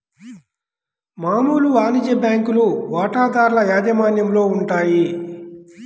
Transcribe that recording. మామూలు వాణిజ్య బ్యాంకులు వాటాదారుల యాజమాన్యంలో ఉంటాయి